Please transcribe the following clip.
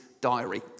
diary